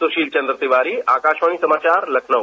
सुशील चंद्र तिवारी आकाशवाणी समाचार लखनऊ